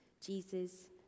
Jesus